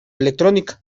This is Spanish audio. electrónica